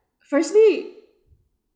firstly